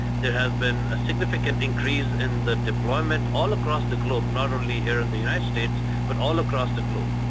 there has been a significant increase in the deployment all across the globe, not only here in the united states but all across the globe.